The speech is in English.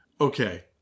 Okay